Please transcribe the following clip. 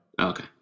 okay